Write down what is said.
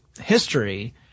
history